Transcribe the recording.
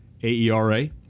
AERA